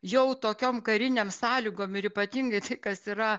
jau tokiom karinėm sąlygom ir ypatingai tai kas yra